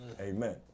Amen